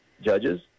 judges